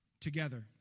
together